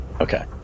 okay